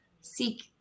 seek